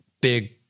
big